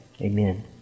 Amen